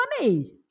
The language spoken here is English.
money